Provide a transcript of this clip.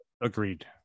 Agreed